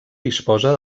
disposa